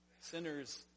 sinners